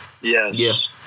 yes